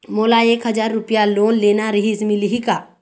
मोला एक हजार रुपया लोन लेना रीहिस, मिलही का?